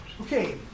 Okay